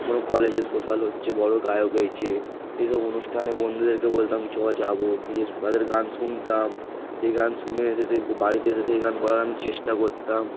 কোনো কলেজে সোশ্যাল হচ্ছে বড় গায়ক এসেছে সেই সব অনুষ্ঠানে বন্ধুদেরকে বলতাম চ যাব গিয়ে তাদের গান শুনতাম সেই গান শুনে এসে সেই বাড়িতে এসে সেই গান করার আমি চেষ্টা করতাম